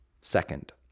second